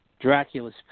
Dracula's